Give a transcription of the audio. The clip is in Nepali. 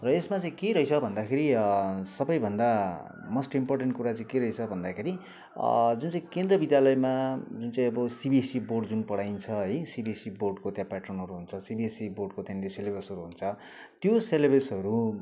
र यसमा चाहिँ के रहेछ भन्दाखेरि सबैभन्दा मोस्ट इम्पोर्टेन्ट कुरा चाहिँ के रहेछ भन्दाखेरि जुन चाहिँ केन्द्र विद्यालयमा जुन चाहिँ अब सिबिएससी बोर्ड जुन पढाइन्छ है सिबिएससी बोर्डको त्यो प्याट्रनहरू हुन्छ सिबिएससी बोर्डको त्यहाँनिर सेलेबसहरू हुन्छ त्यो सेलेबेसहरू